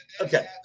Okay